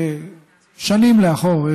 שנים לאחור,